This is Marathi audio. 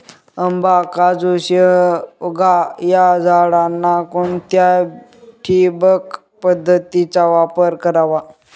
आंबा, काजू, शेवगा या झाडांना कोणत्या ठिबक पद्धतीचा वापर करावा?